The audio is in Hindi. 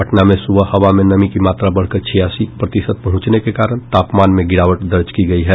पटना में सुबह हवा में नमी की मात्रा बढ़कर छियासी प्रतिशत पहुंचने के कारण तापमान में गिरावट दर्ज की गयी है